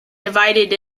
divided